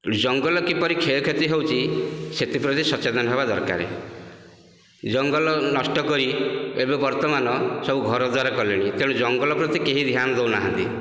ଜଙ୍ଗଲ କିପରି କ୍ଷୟକ୍ଷତି ହେଉଛି ସେଥିପ୍ରତି ସଚେତନ ହେବା ଦରକାର ଜଙ୍ଗଲ ନଷ୍ଟ କରି ଏବେ ବର୍ତ୍ତମାନ ସବୁ ଘରଦ୍ଵାର କଲେଣି ତେଣୁ ଜଙ୍ଗଲ ପ୍ରତି କେହି ଧ୍ୟାନ ଦେଉନାହାନ୍ତି